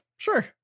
Sure